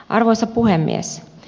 arvoisa puhemies